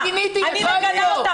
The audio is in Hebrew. אני מגנה אותם.